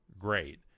great